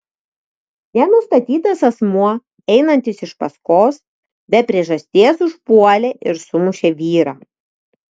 nenustatytas asmuo einantis iš paskos be priežasties užpuolė ir sumušė vyrą